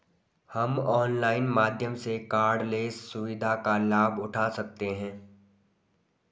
हम ऑनलाइन माध्यम से कॉर्डलेस सुविधा का लाभ उठा सकते हैं